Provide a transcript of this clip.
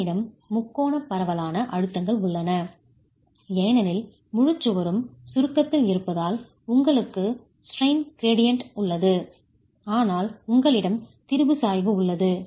உங்களிடம் முக்கோணப் பரவலான அழுத்தங்கள் உள்ளன ஏனெனில் முழுச் சுவரும் சுருக்கத்தில் காம்ப்ரசிவ் ஸ்ட்ரெஸ் இருப்பதால் உங்களுக்கு ஸ்ட்ரெய்ன் கிரேடியன்ட் உள்ளது ஆனால் உங்களிடம் திரிபு சாய்வு உள்ளது